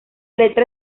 letra